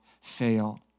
fail